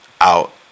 out